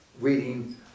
reading